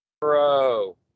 Bro